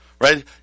Right